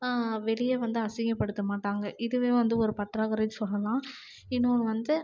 வெளியே வந்து அசிங்கம் படுத்தமாட்டாங்க இதுவே வந்து ஒரு பற்றாக்குறைன்னு சொல்லலாம் இன்னொன்று வந்து